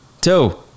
two